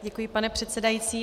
Děkuji, pane předsedající.